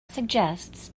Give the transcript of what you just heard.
suggests